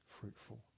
fruitful